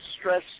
stress